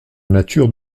nature